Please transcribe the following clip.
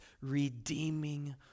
redeeming